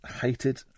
hated